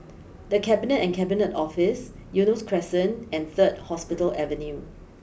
the Cabinet and Cabinet Office Eunos Crescent and third Hospital Avenue